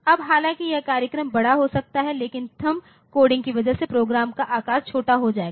अब हालांकि यह कार्यक्रम बड़ा हो सकता है लेकिन थंब कोडिंग की वजह से प्रोग्राम का आकार छोटा हो जाएगा